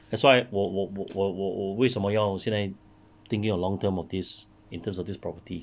that's why 我我我我我我为什么要现在 thinking of long term of this in terms of this property